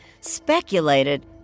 speculated